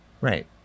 Right